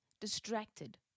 distracted